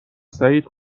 سعید